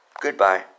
Goodbye